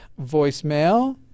voicemail